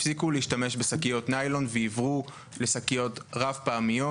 תפסיקו להשתמש בשקיות ניילון ועיברו לשקיות רב פעמיות.